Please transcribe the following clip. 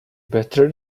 better